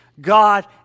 God